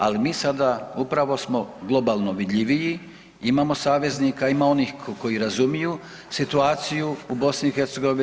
Ali mi sada upravo smo globalno vidljiviji, imamo saveznika, ima onih koji razumiju situaciju u BiH.